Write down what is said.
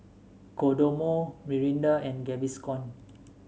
Kodomo Mirinda and Gaviscon